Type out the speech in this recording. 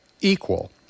equal